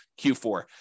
Q4